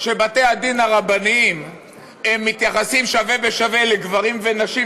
שבתי-הדין הרבניים מתייחסים שווה בשווה לגברים ולנשים,